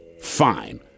Fine